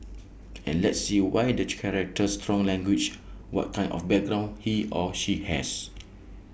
and let's see why the character strong language what kind of background he or she has